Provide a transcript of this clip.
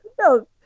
no